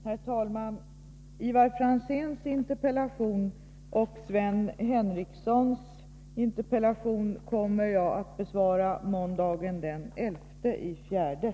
Herr talman! Jag kommer att besvara Ivar Franzéns och Sven Henricssons interpellationer måndagen den 11 april.